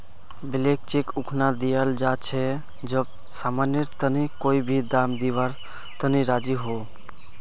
blank cheque उखना दियाल जा छे जब समानेर तने कोई भी दाम दीवार तने राज़ी हो